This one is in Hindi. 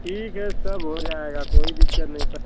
ठीक है सब हो जायेगा कोई दिक्कत नहीं पर